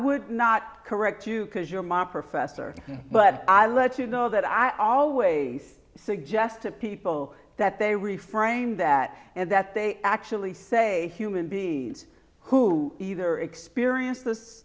would not correct you because you're my professor but i let you know that i always suggest to people that they refrain that and that they actually say human beings who either experienced this